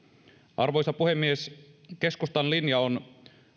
arvoisa puhemies keskustan linja on